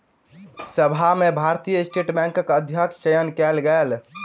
सभा में भारतीय स्टेट बैंकक अध्यक्षक चयन कयल गेल